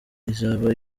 izaba